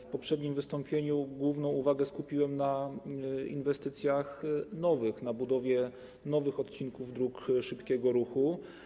W poprzednim wystąpieniu głównie uwagę skupiłem na inwestycjach nowych, na budowie nowych odcinków dróg szybkiego ruchu.